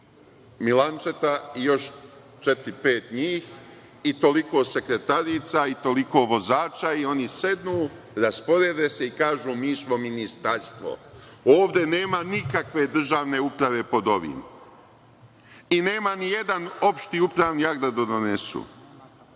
Milančeta i još četiri, pet njih, i toliko sekretarica i toliko vozača i oni sednu rasporede se i kažu – mi smo ministarstvo. Ovde nema nikakve državne uprave pod ovim i nema ni jedan opšti upravni akt da donesu.